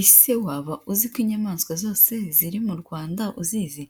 Ese waba uzi ko inyamanswa zose ziri mu Rwanda uzizi?